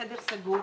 בחדר סגור,